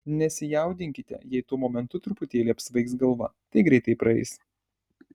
nesijaudinkite jei tuo momentu truputėlį apsvaigs galva tai greitai praeis